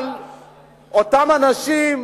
אבל אותם אנשים,